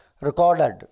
recorded